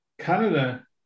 Canada